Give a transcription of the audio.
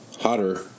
hotter